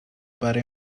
برای